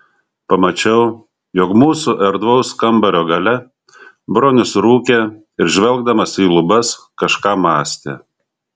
pamačiau jog mūsų erdvaus kambario gale bronius rūkė ir žvelgdamas į lubas kažką mąstė